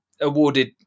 awarded